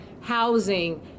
housing